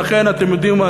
לכן, אתם יודעים מה?